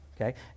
okay